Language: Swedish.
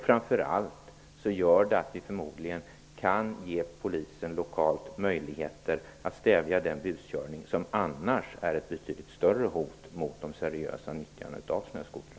Framför allt gör det att vi förmodligen kan ge polisen lokalt möjlighet att stävja den buskörning som är ett betydligt större hot mot de seriösa nyttjarna av snöskotrar.